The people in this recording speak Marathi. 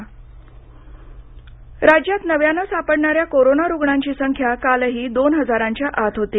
कोरोना महाराष्ट्र राज्यात नव्यानं सापडणाऱ्या कोरोना रुग्णांची संख्या कालही दोन हजारांच्या आत होती